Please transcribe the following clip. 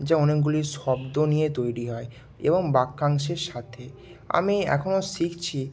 যা অনেকগুলি শব্দ নিয়ে তৈরী হয় এবং বাক্যাংশের সাথে আমি এখনও শিখছি